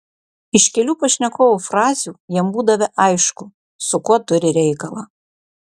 iš kelių pašnekovo frazių jam būdavę aišku su kuo turi reikalą